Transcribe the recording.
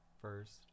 first